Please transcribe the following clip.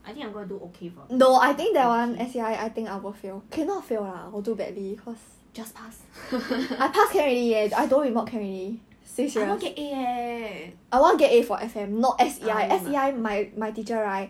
I think I'm gonna do okay for just pass I want to get A eh